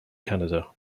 canada